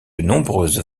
nombreuses